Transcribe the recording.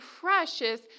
precious